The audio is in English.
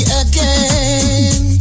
again